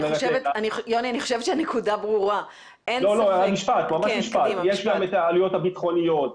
יש להם את העלויות הביטחוניות,